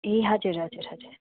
ए हजुर हजुर हजुर